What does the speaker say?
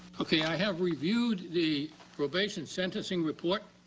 okay, i have reviewed the probation sentencing report,